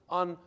on